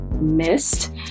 missed